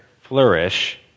flourish